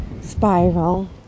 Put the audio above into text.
spiral